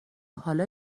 حالا